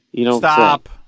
Stop